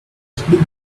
textbook